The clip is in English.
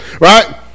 Right